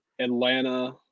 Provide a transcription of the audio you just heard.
Atlanta